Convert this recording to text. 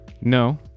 No